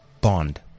bond